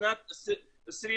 בשנת 2020,